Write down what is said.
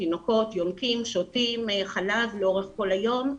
תינוקות יונקים ושותים חלב לאורך כל היום,